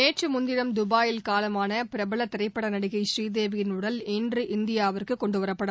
நேற்று முன்தினம் துபாயில் காலமான பிரபல திரைப்பட நடிகை ஸ்ரீதேவியின் உடல் இன்று இந்தியாவிற்கு கொண்டுவரப்படும்